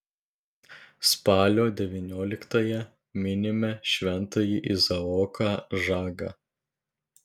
spalio devynioliktąją minime šventąjį izaoką žagą